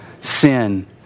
sin